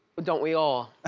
but don't we all?